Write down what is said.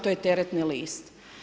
To je teretni list.